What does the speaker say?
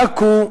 בעכו,